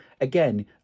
Again